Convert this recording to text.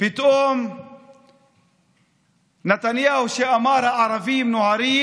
פתאום נתניהו, שאמר "הערבים נוהרים",